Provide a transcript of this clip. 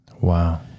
Wow